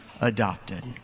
adopted